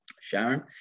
Sharon